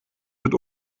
mit